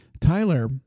Tyler